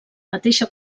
mateixa